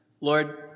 Lord